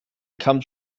comes